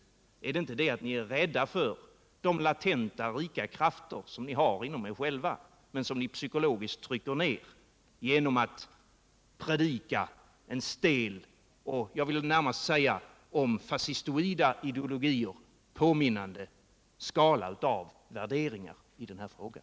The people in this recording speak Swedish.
Är det inte det att ni är rädda för de latenta rika krafter ni har inom er själva, men som ni psykologiskt trycker ner genom att predika en stel — och jag vill säga närmast om fascistoida ideologier påminnande — skala av värderingar i den här frågan?